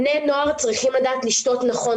בני נוער צריכים לדעת לשתות נכון.